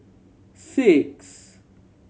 six